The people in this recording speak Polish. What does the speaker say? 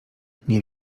nie